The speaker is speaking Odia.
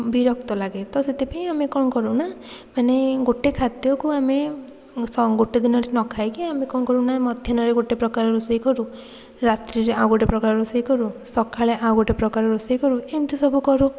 ବିରକ୍ତ ଲାଗେ ତ ସେଥିପାଇଁ ଆମେ କ'ଣ କରୁନା ମାନେ ଗୋଟେ ଖାଦ୍ୟକୁ ଆମେ ସଙ୍ଗ ଗୋଟେ ଦିନରେ ନଖାଇକି ଆମେ କ'ଣ କରୁନା ମଧ୍ୟାହ୍ନରେ ଗୋଟେ ପ୍ରକାର ରୋଷେଇ କରୁ ରାତ୍ରିରେ ଆଉ ଗୋଟେ ପ୍ରକାର ରୋଷେଇ କରୁ ସଖାଳେ ଆଉ ଗୋଟେ ପ୍ରକାର ରୋଷେଇ କରୁ ଏମିତି ସବୁ କରୁ